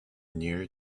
near